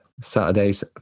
Saturday's